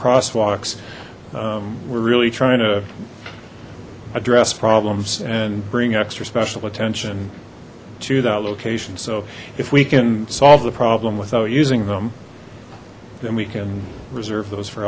crosswalks we're really trying to address problems and bring extra special attention to that location so if we can solve the problem without using them then we can reserve those for